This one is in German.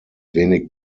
wenig